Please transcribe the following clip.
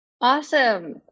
Awesome